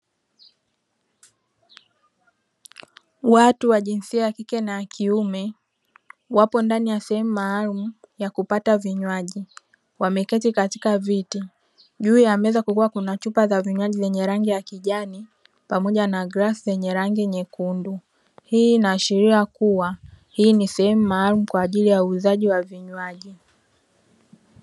Watu wa jinsia ya kike na ya kiume wapo ndani ya sehemu maalumu ya kupata vinywaji wameketi katika viti juu ya meza kukiwa na chupa za vinywaji zenye rangi ya kijani pamoja na glasi yenye rangi nyekundu, hii inaashiria kuwa ni sehemu maalumu kwa ajili ya uuzaji wa vinywaji.